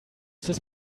this